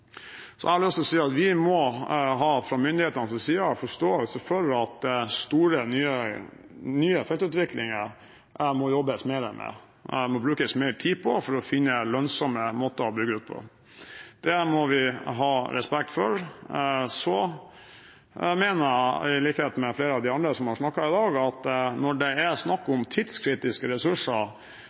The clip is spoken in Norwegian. må vi fra myndighetenes side ha forståelse for at store, nye feltutviklinger må det jobbes mer med og brukes mer tid på for å finne lønnsomme måter å bygge ut på. Det må vi ha respekt for. Så mener jeg i likhet med flere av de andre som har hatt innlegg i dag, at når det er snakk om tidskritiske ressurser,